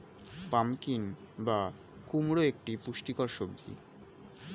pumpkin বা কুমড়ো একটি পুষ্টিকর সবজি